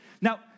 Now